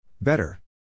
Better